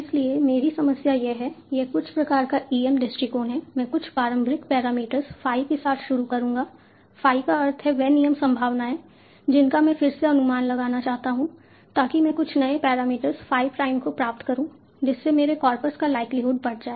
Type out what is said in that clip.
इसलिए मेरी समस्या यह है यह कुछ प्रकार का E M दृष्टिकोण है मैं कुछ प्रारंभिक पैरामीटर्स phi के साथ शुरू करूँगा phi का अर्थ है वे नियम संभावनाएं जिनका मैं फिर से अनुमान लगाना चाहता हूं ताकि मैं कुछ नए पैरामीटर्स phi prime को प्राप्त करूं जिससे मेरे कॉरपस का लाइक्लीहुड बढ़ जाए